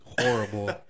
horrible